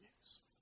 news